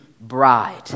bride